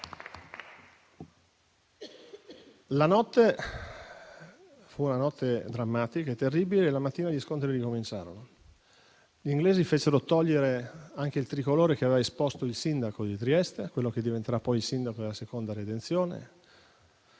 La notte fu drammatica e terribile; la mattina gli scontri ricominciarono. Gli inglesi fecero togliere anche il tricolore che aveva esposto il sindaco di Trieste, quello che diventerà poi il sindaco della seconda redenzione.